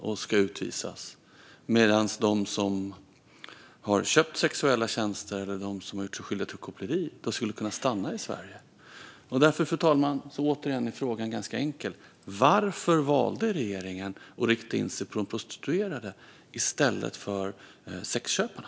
De ska utvisas medan de som har köpt sexuella tjänster eller gjort sig skyldiga till koppleri skulle kunna stanna i Sverige. Därför, fru talman, är min ganska enkla fråga återigen: Varför valde regeringen att rikta in sig på de prostituerade i stället för på sexköparna?